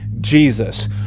Jesus